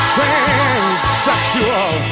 Transsexual